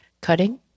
Cutting